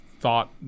thought